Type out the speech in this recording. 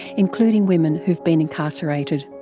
including women who've been incarcerated.